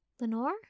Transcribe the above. Lenore